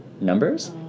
numbers